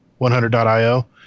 100.io